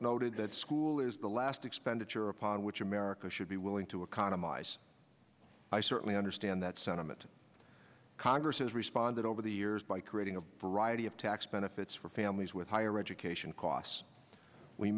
noted that school is the last expenditure upon which america should be willing to a condom ice i certainly understand that sentiment congress has responded over the years by creating a variety of tax benefits for families with higher education costs we